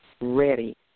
ready